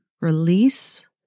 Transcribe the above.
release